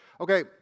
Okay